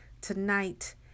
tonight